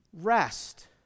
rest